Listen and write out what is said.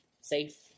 safe